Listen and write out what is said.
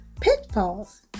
pitfalls